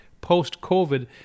post-COVID